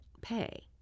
pay